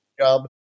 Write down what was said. job